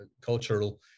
cultural